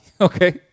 Okay